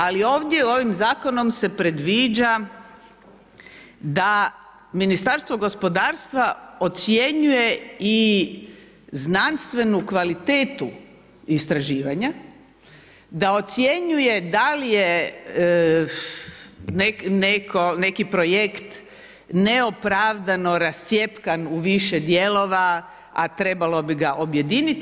Ali ovdje ovim zakonom se predviđa da Ministarstvo gospodarstva ocjenjuje i znanstvenu kvalitetu istraživanja, da ocjenjuje da li je neki projekt neopravdano rascjepkan u više dijelova, a trebalo bi ga objediniti.